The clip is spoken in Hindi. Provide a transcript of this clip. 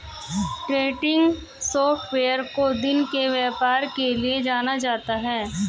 ट्रेंडिंग सॉफ्टवेयर को दिन के व्यापार के लिये जाना जाता है